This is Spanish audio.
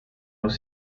los